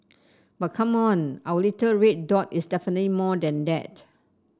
but come on our little red dot is definitely more than that